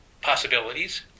possibilities